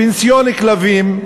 פנסיון לכלבים.